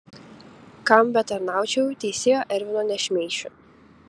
kam betarnaučiau teisėjo ervino nešmeišiu